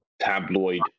tabloid